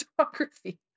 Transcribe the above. photography